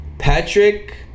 Patrick